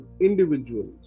individuals